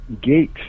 gate